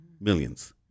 millions